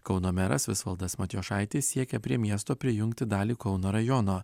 kauno meras visvaldas matijošaitis siekia prie miesto prijungti dalį kauno rajono